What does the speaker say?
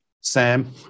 Sam